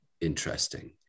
interesting